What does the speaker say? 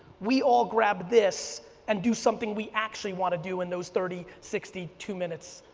we all grab this and do something we actually want to do in those thirty, sixty, two minutes,